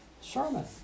sermon